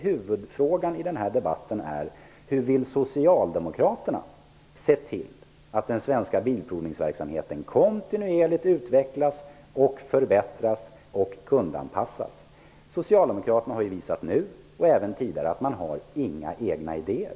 Huvudfrågan i denna debatt är: Hur vill Socialdemokraterna se till att den svenska bilprovningsverksamheten kontinuerligt utvecklas, förbättras och kundanpassas? Socialdemokraterna har nu och även tidigare visat att de inte har några egna idéer.